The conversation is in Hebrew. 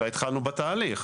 אלא התחלנו בתהליך.